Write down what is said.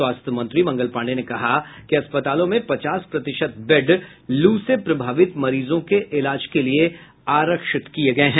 स्वास्थ्य मंत्री मंगल पांडेय ने कहा कि अस्पतालों में पचास प्रतिशत बेड लू से प्रभावित मरीजों के इलाज के लिये आरक्षित किये गये हैं